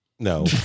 No